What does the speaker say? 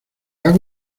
hago